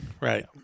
Right